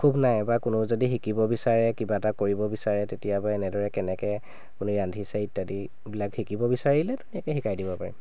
ক্ষোভ নাই বা কোনো যদি শিকিব বিচাৰে কিবা এটা কৰিব বিচাৰে তেতিয়াবা এনেদৰে কেনেকৈ আপুনি ৰান্ধিছে ইত্যাদিবিলাক শিকিব বিচাৰিলে ধুনীয়াকৈ শিকাই দিব পাৰিম